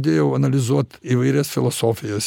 dėjau analizuot įvairias filosofijas